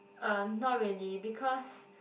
uh not really because